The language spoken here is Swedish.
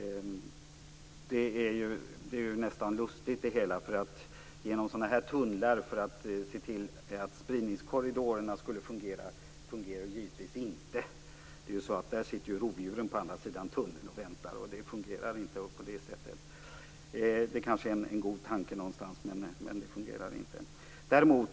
Det hela är nästan lustigt. Sådana här tunnlar, som skall se till att spridningskorridorerna fungerar, fungerar givetvis inte, eftersom rovdjuren sitter och väntar på andra sidan tunneln. Tanken kanske är god, men det fungerar inte.